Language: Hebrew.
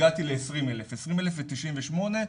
הגעתי ל-20,098.